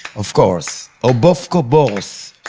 of course. o-bo-v-co-bo-rse.